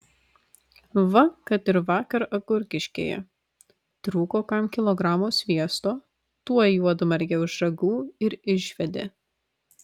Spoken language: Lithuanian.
va kad ir vakar agurkiškėje trūko kam kilogramo sviesto tuoj juodmargę už ragų ir išvedė